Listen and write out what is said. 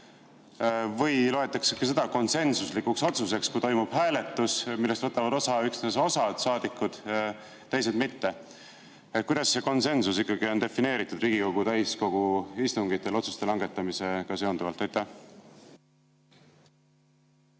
või loetakse ikkagi konsensuslikuks otsuseks seda, kui toimub hääletus, millest võtab osa üksnes osa saadikuid, teised mitte? Kuidas see konsensus ikkagi Riigikogu täiskogu istungitel otsuste langetamisega seonduvalt